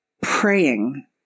praying